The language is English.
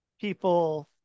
people